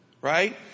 right